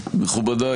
מכובדי,